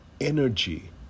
energy